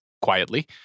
quietly